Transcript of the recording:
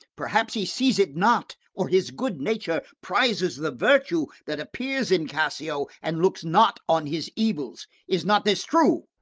perhaps he sees it not, or his good nature prizes the virtue that appears in cassio, and looks not on his evils is not this true?